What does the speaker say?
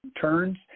turns